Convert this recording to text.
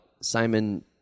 Simon